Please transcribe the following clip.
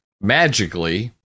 magically